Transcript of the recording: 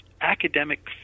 academic